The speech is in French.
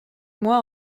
mois